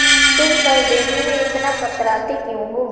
तुम कर देने में इतना कतराते क्यूँ हो?